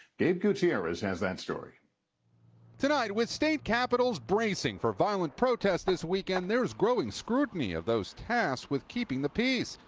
gabe gutierrez has that story. reporter tonight with state capitols bracing for violent protests this weekend there is growing scrutiny of those tasked with keeping the peace.